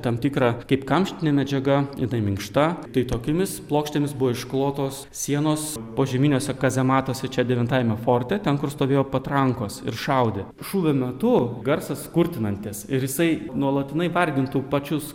tam tikrą kaip kamštinė medžiaga jinai minkšta tai tokiomis plokštėmis buvo išklotos sienos požeminiuose kazematuose čia devintajame forte ten kur stovėjo patrankos ir šaudė šūvio metu garsas kurtinantis ir jisai nuolatinai vargintų pačius